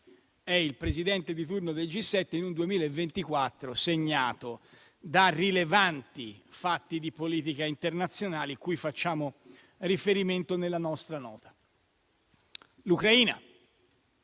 è il Presidente di turno del G7 in un 2024 segnato da rilevanti fatti di politica internazionale cui facciamo riferimento nella nostra nota. L'Ucraina,